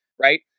right